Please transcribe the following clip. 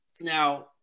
Now